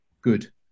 good